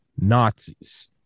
nazis